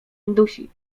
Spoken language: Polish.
indusi